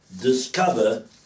discover